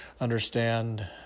understand